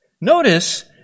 notice